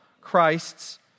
Christ's